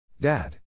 Dad